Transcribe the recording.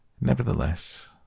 nevertheless